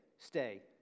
Stay